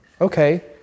Okay